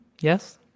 yes